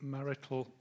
Marital